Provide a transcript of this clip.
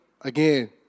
again